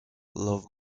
love